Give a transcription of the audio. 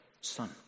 son